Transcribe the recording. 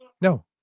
No